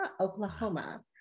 oklahoma